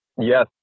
Yes